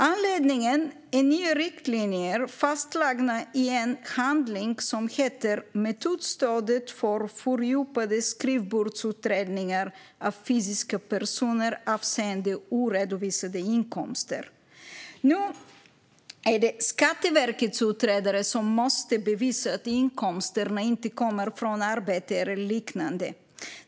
Anledningen är nya riktlinjer fastslagna i en handling som heter Metodstödet för fördjupade skrivbordsutredningar av fysiska personer avseende oredovisade inkomster. Nu är det Skatteverkets utredare som måste bevisa att inkomsterna inte kommer från arbete eller liknande.